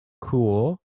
cool